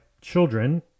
children